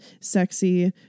sexy